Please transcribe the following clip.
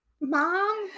mom